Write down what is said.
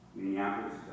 Minneapolis